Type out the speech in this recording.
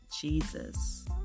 Jesus